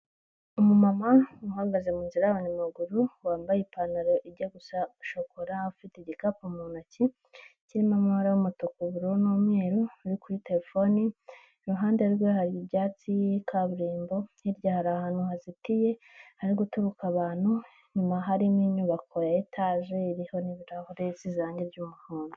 Umu mama uhagaze mu nzira y'abanyamaguru, wambaye ipantaro ijya gusa shokora, ufite igikapu mu ntoki, kirimo amabara y'umutuku, ubururu, n'umweru, uri kuri terefone, iruhande rwe hari ibyatsi, kaburimbo, hirya hari ahantu hazitiye, hari gutuka abantu, inyuma hariho inyubako ya etaje, iriho n'ibirahure, isize irangi ry'umuhondo.